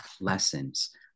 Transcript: lessons